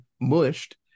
mushed